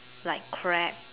like crab